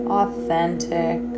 authentic